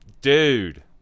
Dude